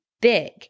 big